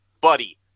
buddy